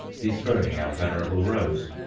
dethroning our venerable rose.